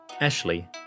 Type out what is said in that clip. Ashley